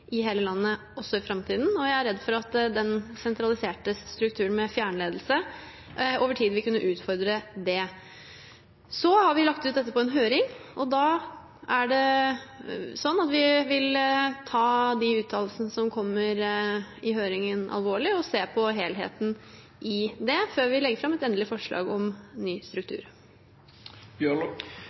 i hele landet også i framtiden, og jeg er redd for at den sentraliserte strukturen med fjernledelse over tid vil kunne utfordre det. Så har vi lagt ut dette på høring, og vi vil ta de uttalelsene som kommer i høringen alvorlig og se på helheten i det, før vi legger fram et endelig forslag om ny